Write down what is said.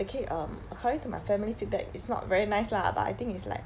the cake um according to my family feedback is not very nice lah but I think is like